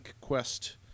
quest